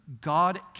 God